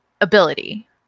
ability